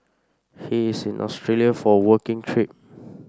he is in Australia for a working trip